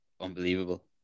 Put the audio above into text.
unbelievable